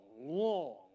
long